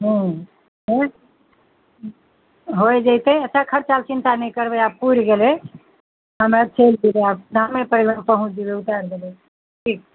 हँ हे होय जैते अच्छा खर्चाके चिन्ता नहि करबै आब पूरि गेलै हमे चलि जयबै आब धामे परमे पहुँच जयबै उतर जयबै ठीक